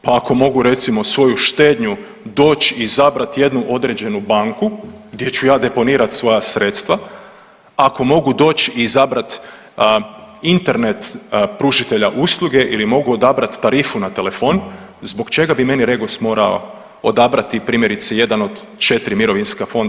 Pa ako mogu, recimo svoju štednju doći, izabrati jednu određenu banku gdje ću ja deponirati svoja sredstva, ako mogu doći i izabrati internet pružatelja usluge ili mogu odabrati tarifu na telefon, zbog čega bi meni REGOS morao odabrati, primjerice, jedan od 4 mirovinska fonda?